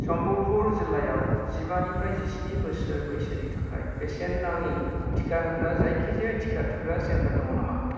सम्बलपुर जिल्लायाव जिबा निफ्राय जिस्नि बोसोर बैसोनि थाखाय बेसेन नाङि टिका होग्रा जायखिजाया टिका थुग्रा सेन्टार दङ नामा